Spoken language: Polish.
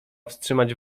wstrzymać